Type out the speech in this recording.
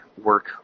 work